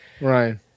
Right